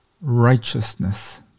righteousness